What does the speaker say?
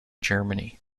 germany